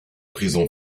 prison